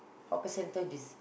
hawker centre this